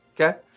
Okay